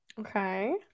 Okay